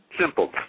simple